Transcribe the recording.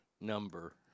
number